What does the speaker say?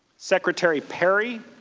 secretary perry,